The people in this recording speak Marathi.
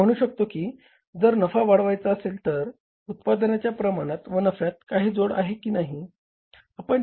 आपण म्हणू शकतो की जर नफा वाढवायचा असेल तर उत्पादनाच्या प्रमाणात व नफ्यात काही जोड आहे की नाही